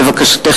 לבקשתך,